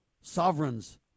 sovereigns